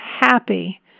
happy